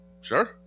Sure